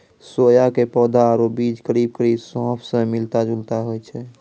सोया के पौधा आरो बीज करीब करीब सौंफ स मिलता जुलता होय छै